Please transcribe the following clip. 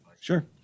sure